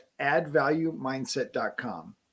addvaluemindset.com